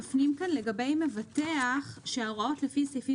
מפנים כאן לגבי מבטח שההוראות לפי סעיפים